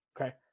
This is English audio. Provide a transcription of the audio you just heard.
okay